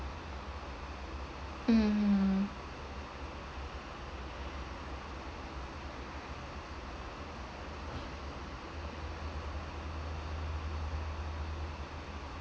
mmhmm